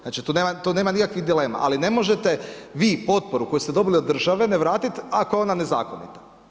Znači tu nema nikakvih dilema, ali ne možete vi potporu koju ste dobili od države ne vratiti ako je ona nezakonita.